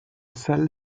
salle